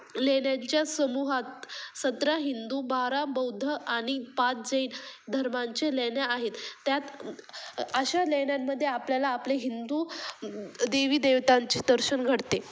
लेण्यांच्या समूहात सतरा हिंदू बारा बौद्ध आणि पाच जैन धर्मांचे लेण्या आहेत त्यात अशा लेण्यांमध्ये आपल्याला आपले हिंदू देवी देवतांचे दर्शन घडते